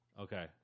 Okay